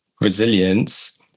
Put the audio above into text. resilience